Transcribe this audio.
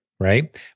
right